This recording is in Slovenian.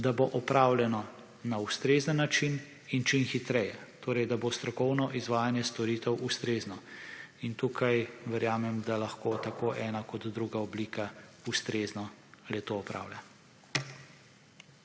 da bo opravljeno na ustrezen način in čim hitreje torej da bo strokovno izvajanje storitev ustrezno in tukaj verjamem, da lahko tako ena kot druga oblika ustrezno le-to opravlja.